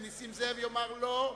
אם נסים זאב יאמר לא,